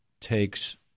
takes –